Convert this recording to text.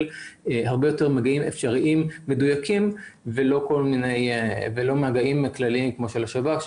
הרבה יותר מגעים אפשריים ומדויקים ולא מגעים כלליים כמו של השב"כ.